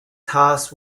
task